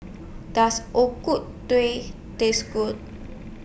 Does O Ku Tueh Taste Good